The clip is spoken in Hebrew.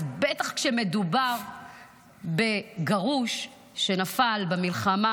אז בטח כשמדובר בגרוש שנפל במלחמה,